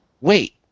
Wait